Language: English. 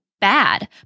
bad